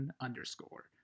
underscore